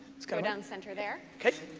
let's go. down the center there. okay.